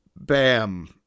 Bam